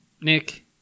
Nick